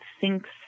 thinks